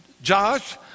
Josh